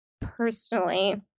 personally